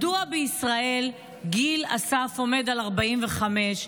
מדוע בישראל גיל הסף עומד על 45?